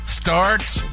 starts